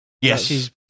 Yes